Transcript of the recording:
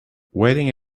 waiting